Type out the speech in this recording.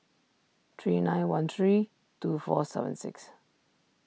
three nine one three two four seven six